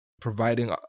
providing